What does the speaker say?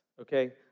okay